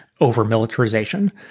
over-militarization